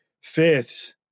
faiths